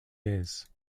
days